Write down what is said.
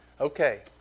Okay